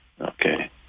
Okay